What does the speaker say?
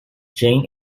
jane